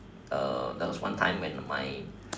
uh there was one time when my